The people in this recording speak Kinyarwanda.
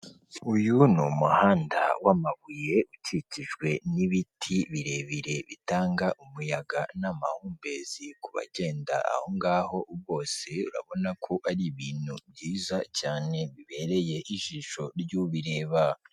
Uyu ni umuhanda w'amabuye ukikijwe n'ibiti birebire bitanga umuyaga n'amahumbezi kubagenda aho ngaho bose, urabona ko ari ibintu byiza cyane bibereye ijisho ry'ubireba.